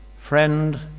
friend